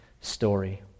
story